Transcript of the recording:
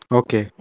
okay